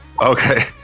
Okay